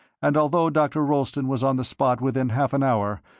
and although dr. rolleston was on the spot within half an hour,